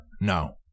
No